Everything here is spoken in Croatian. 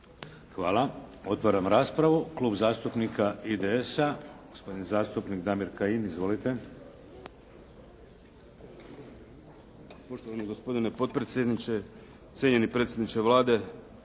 Hvala. Otvaram raspravu. Klub zastupnika IDS-a gospodin zastupnik Damir Kajin. Izvolite. **Kajin, Damir (IDS)** Poštovani gospodine potpredsjedniče, cijenjeni predsjedniče Vlade,